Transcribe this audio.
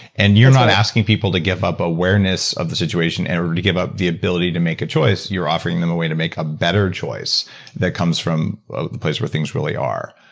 and you're not asking people to give up awareness of the situation in order to give up the ability to make a choice, you're offering them a way to make a better choice that comes from ah the place where things really are,